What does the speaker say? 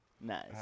Nice